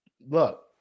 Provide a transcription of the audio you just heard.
look